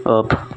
off